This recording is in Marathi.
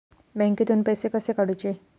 बँकेतून पैसे कसे काढूचे?